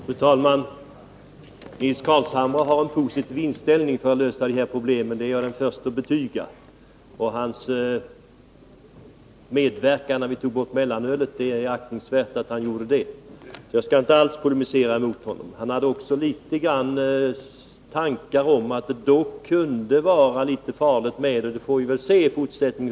Fru talman! Nils Carlshamre har en positiv inställning till att lösa alkoholpoblemen, det är jag den förste att betyga. Och det är aktningsvärt att han medverkade när vi drog in mellanölet. Jag skall inte alls polemisera emot honom. Han hade ändå vissa tankar om att det kunde vara litet farligt att tillåta snabbvinsatserna. Nu får vi se hur det blir i fortsättningen.